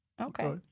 Okay